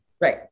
Right